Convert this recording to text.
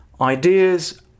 Ideas